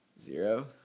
zero